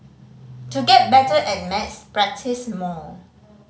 to get better at maths practise more